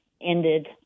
ended